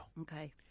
Okay